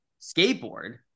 skateboard